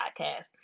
podcast